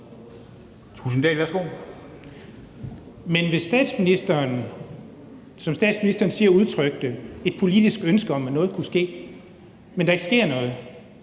– som statsministeren siger – et politisk ønske om, at noget skulle ske, men at der ikke sker noget,